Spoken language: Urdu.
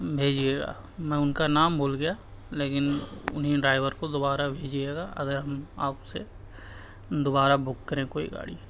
بھیجیے گا میں ان کا نام بھول گیا لیکن انہی ڈرائیور کو دوبارہ بھیجیے گا اگر ہم آپ سے دوبارہ بک کریں کوئی گاڑی